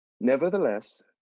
Nevertheless